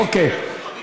אוקיי,